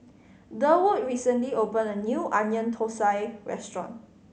Durwood recently opened a new Onion Thosai restaurant